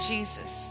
Jesus